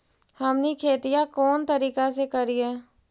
हमनी खेतीया कोन तरीका से करीय?